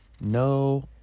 No